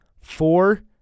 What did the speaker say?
four